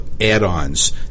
add-ons